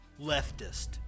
leftist